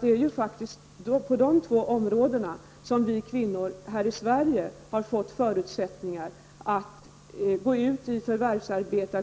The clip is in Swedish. Det är faktiskt på dessa två områden som vi kvinnor här i Sverige har fått förutsättningar att